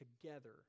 together